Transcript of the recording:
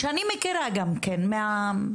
שאני מכירה גם כן מהשטח,